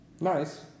Nice